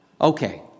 Okay